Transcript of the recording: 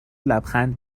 لبخند